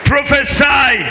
prophesy